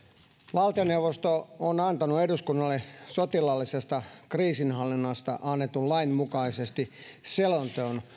valtioneuvosto on antanut eduskunnalle sotilaallisesta kriisinhallinnasta annetun lain mukaisesti selonteon